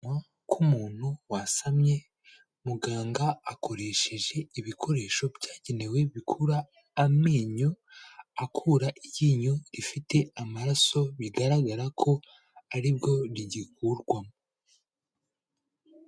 Akanwa k'umuntu wasamye, muganga akoresheje ibikoresho byabugenewe bikura amenyo akura iryinyo, rifite amaraso bigaragara ko aribwo rigikurwamo.